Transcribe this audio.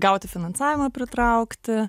gauti finansavimą pritraukti